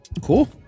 Cool